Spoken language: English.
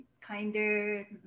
kinder